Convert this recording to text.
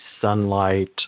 sunlight